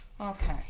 Okay